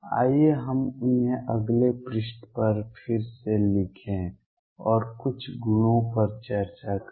आइए हम उन्हें अगले पृष्ठ पर फिर से लिखें और कुछ गुणों पर चर्चा करें